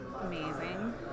Amazing